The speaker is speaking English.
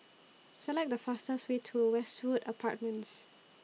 Select The fastest Way to Westwood Apartments